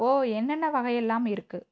ஓ என்னென்ன வகை எல்லாம் இருக்குது